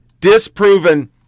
disproven